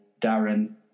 Darren